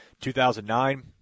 2009